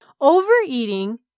Overeating